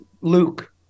Luke